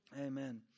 amen